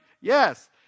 Yes